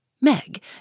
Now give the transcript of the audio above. Meg